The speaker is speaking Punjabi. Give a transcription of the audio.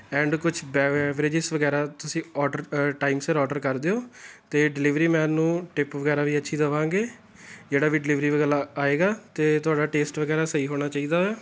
ਐਂਡ ਕੁਛ ਬਰਵਰੇਜ ਵਗੈਰਾ ਤੁਸੀਂ ਔਡਰ ਟਾਈਮ ਸਿਰ ਔਡਰ ਕਰ ਦਿਉ ਅਤੇ ਡਿਲੀਵਰੀ ਮੈਨ ਨੂੰ ਟਿਪ ਵਗੈਰਾ ਵੀ ਅੱਛੀ ਦੇਵਾਂਗੇ ਜਿਹੜਾ ਵੀ ਡਿਲੀਵਰੀ ਵਾਲਾ ਆਏਗਾ ਅਤੇ ਤੁਹਾਡਾ ਟੇਸਟ ਵਗੈਰਾ ਸਹੀ ਹੋਣਾ ਚਾਹੀਦਾ